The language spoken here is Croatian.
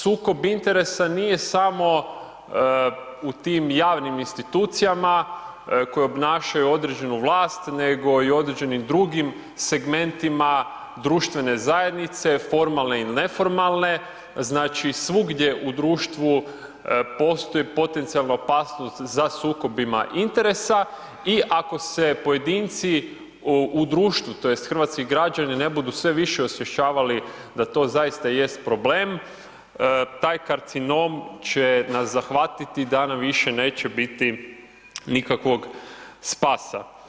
Sukob interesa nije samo u tim javnim institucijama koje obnašaju određenu vlast, nego i određenim drugim segmentima društvene zajednice, formalne ili neformalne, znači svugdje u društvu postoji potencijalna opasnost za sukobima interesa i ako se pojedinci u društvu tj. hrvatski građani ne budu sve više osvještavali da to zaista jest problem, taj karcinom će nas zahvatiti da nam više neće biti nikakvog spasa.